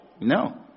No